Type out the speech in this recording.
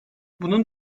bunun